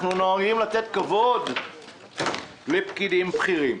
אנחנו נוהגים לתת כבוד לפקידים בכירים.